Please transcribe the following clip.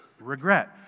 Regret